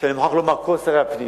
שאני מוכרח לומר שכל שרי הפנים